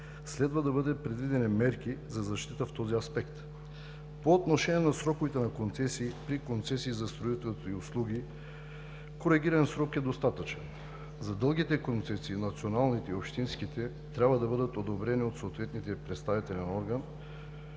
Следва да бъдат предвидени мерки за защита в този аспект. По отношение на сроковете на концесии за строителство и услуги коригираният срок е достатъчен. За дългите концесии, националните и общинските, те трябва да бъдат одобрени от съответния представителен орган,